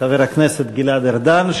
חבר הכנסת גלעד ארדן,